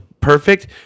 Perfect